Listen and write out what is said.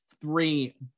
three